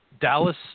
Dallas